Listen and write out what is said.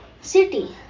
city